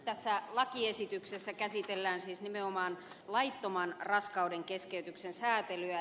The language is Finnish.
tässä lakiesityksessä käsitellään siis nimenomaan laittoman raskaudenkeskeytyksen säätelyä